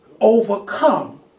overcome